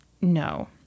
No